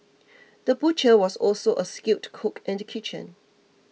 the butcher was also a skilled cook in the kitchen